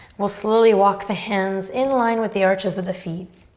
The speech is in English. we'll slowly walk the hands in line with the arches of the feet.